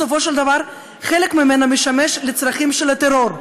בסופו של דבר חלק ממנה משמש לצרכים של הטרור,